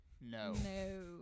No